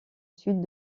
sud